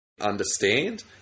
understand